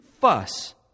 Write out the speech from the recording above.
fuss